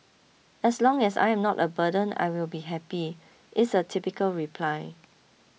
as long as I am not a burden I will be happy is a typical reply